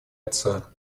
отца